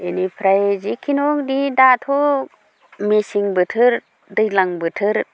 बेनिफ्राय जिखिनहख दाथ' मेसें बोथोर दैज्लां बोथोर